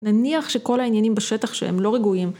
נניח שכל העניינים בשטח שהם לא רגועים.